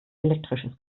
elektrisches